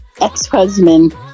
ex-husband